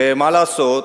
ומה לעשות,